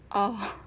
oh